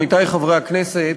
עמיתי חברי הכנסת,